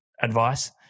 advice